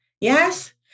Yes